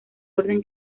orden